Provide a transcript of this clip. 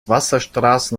wasserstraßen